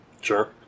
Sure